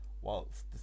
whilst